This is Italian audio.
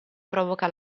provoca